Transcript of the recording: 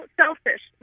selfish